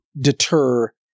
deter